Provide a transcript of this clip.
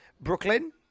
Brooklyn